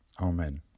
Amen